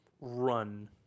run